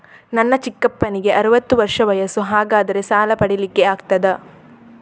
ನನ್ನ ಚಿಕ್ಕಪ್ಪನಿಗೆ ಅರವತ್ತು ವರ್ಷ ವಯಸ್ಸು, ಹಾಗಾದರೆ ಸಾಲ ಪಡೆಲಿಕ್ಕೆ ಆಗ್ತದ?